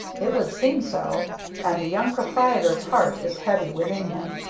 it would seem so and the young proprietor's heart is heavy within him.